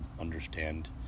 understand